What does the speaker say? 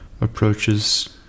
approaches